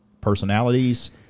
personalities